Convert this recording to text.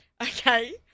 Okay